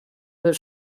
but